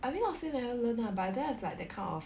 I mean not say never learn lah but I don't have like that kind of